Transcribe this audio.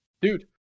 dude